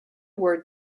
word